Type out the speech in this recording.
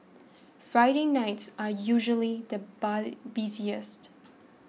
Friday nights are usually the buy busiest